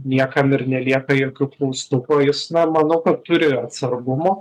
niekam ir nelieka jokių klaustukų jis na manau kad turi atsargumo